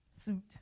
suit